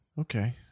Okay